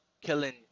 killing